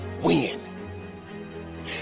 win